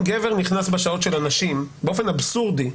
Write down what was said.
נכנס בשעות של הנשים, באופן אבסורדי,